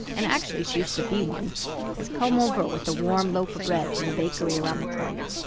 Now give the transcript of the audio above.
and, actually she used to be one has come over with a warm loaf of bread from the bakery around the corner.